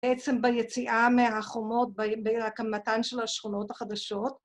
בעצם ביציאה מהחומות, בהקמתן של השכונות החדשות.